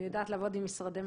אני יודעת לעבוד עם משרדי ממשלה.